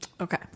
Okay